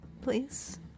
Please